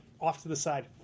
off-to-the-side